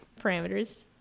parameters